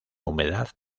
humedad